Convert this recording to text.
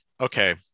Okay